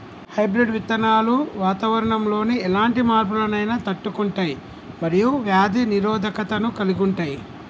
hybrid విత్తనాలు వాతావరణంలోని ఎలాంటి మార్పులనైనా తట్టుకుంటయ్ మరియు వ్యాధి నిరోధకతను కలిగుంటయ్